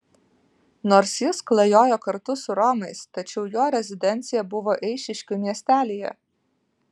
nors jis klajojo kartu su romais tačiau jo rezidencija buvo eišiškių miestelyje